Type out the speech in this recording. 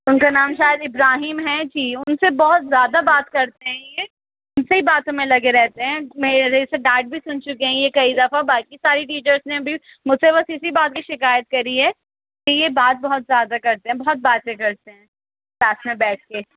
ان کا نام شاید ابراہیم ہیں جی ان سے بہت زیادہ بات کرتے ہیں یہ ان سے ہی باتوں میں لگے رہتے ہیں میرے سے ڈانٹ بھی سن چکے ہیں یہ کئی دفعہ باقی ساری ٹیچرس نے بھی مجھ سے بس اسی بات کی شکایت کری ہے کہ یہ بات بہت زیادہ کرتے ہیں بہت باتیں کرتے ہیں ساتھ میں بیٹھ کے